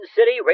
City